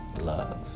love